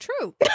True